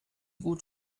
gut